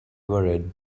worried